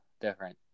different